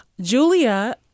Julia